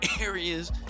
areas